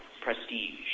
Prestige